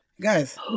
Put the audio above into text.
guys